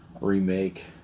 remake